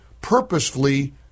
purposefully